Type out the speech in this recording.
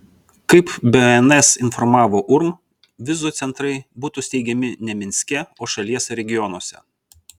kaip bns informavo urm vizų centrai būtų steigiami ne minske o šalies regionuose